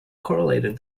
correlated